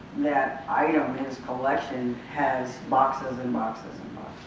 that item, his collection, has boxes and boxes